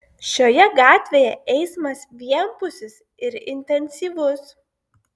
šioje gatvėje eismas vienpusis ir intensyvus